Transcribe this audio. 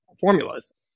formulas